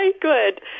good